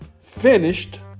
finished